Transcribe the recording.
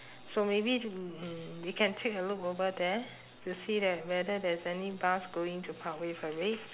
so maybe mm we can take a look over there to see that whether there's any bus going to parkway parade